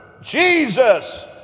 Jesus